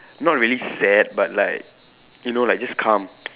not really sad but like you know like just calm